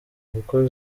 kuko